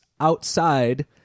outside